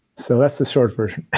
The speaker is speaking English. so that's the short version